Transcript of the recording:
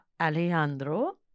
Alejandro